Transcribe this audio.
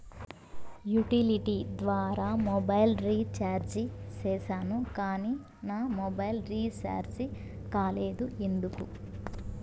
Utility ద్వారా mobile recharge సేసాను కానీ నా మొబైల్ రీచార్జి కాలేదు ఎందుకు?